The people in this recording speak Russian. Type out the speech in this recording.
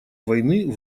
войны